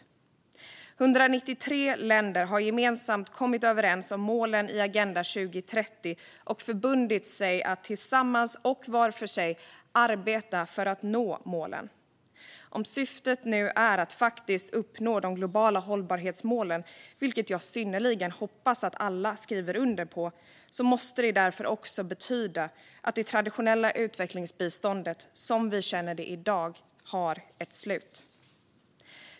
193 länder har gemensamt kommit överens om målen i Agenda 2030 och förbundit sig att tillsammans, och var för sig, arbeta för att nå målen. Om syftet nu är att faktiskt uppnå de globala hållbarhetsmålen, vilket jag synnerligen hoppas att alla skriver under på, måste det också betyda att det traditionella utvecklingsbiståndet, som vi känner det i dag, har ett slut.